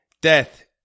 Death